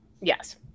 yes